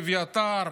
אביתר?